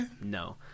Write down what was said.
no